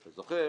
אתה זוכר